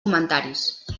comentaris